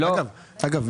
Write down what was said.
אגב,